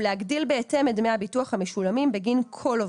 ולהגדיל בהתאם את דמי הביטוח המשולמים בגין כל עובד,